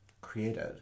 created